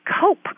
cope